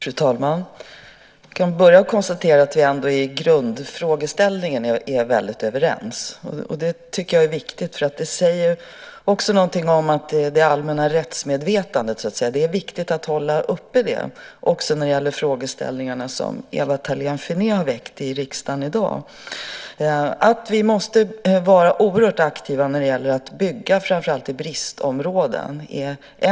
Fru talman! Jag kan börja med att konstatera att vi i grundfrågeställningen är väldigt överens, vilket jag tycker är viktigt. Det säger också något om att det är viktigt att hålla uppe det allmänna rättsmedvetandet när det gäller de frågeställningar som Ewa Thalén Finné tagit upp i riksdagen i dag. En sådan frågeställning är att vi måste vara oerhört aktiva och bygga framför allt i bristområdena.